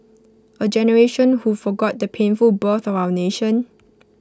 A generation who forgot the painful birth of our nation